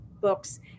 books